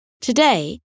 Today